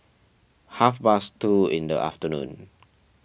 half past two in the afternoon